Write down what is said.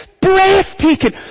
breathtaking